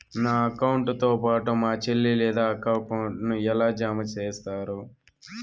నా అకౌంట్ తో పాటు మా చెల్లి లేదా అక్క అకౌంట్ ను ఎలా జామ సేస్తారు?